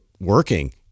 working